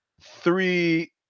three